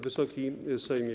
Wysoki Sejmie!